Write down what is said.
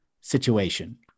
situation